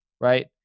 right